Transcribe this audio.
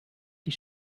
die